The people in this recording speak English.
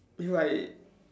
if I